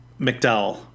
McDowell